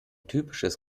typisches